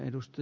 kiitoksia